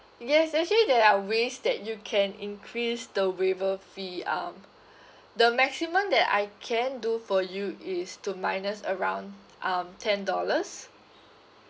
yes actually there are ways that you can increase the waiver fee um the maximum that I can do for you is to minus around um ten dollars